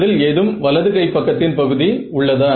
அதில் ஏதும் வலது கை பக்கத்தின் பகுதி உள்ளதா